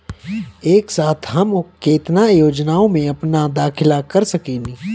एक साथ हम केतना योजनाओ में अपना दाखिला कर सकेनी?